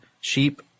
Sheep